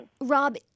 Rob